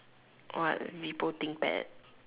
what people Thinkpad